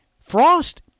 Frost